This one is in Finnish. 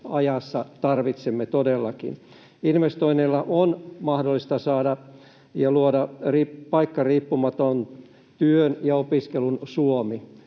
tarvitsemme, todellakin. Investoinneilla on mahdollista saada ja luoda paikkariippumaton työn ja opiskelun Suomi.